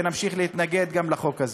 ונמשיך להתנגד גם לחוק הזה.